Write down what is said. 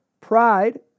Pride